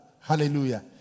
Hallelujah